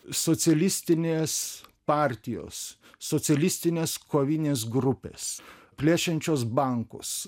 socialistinės partijos socialistinės kovinės grupės plėšiančios bankus